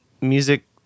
music